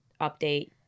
update